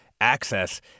access